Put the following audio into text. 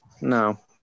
No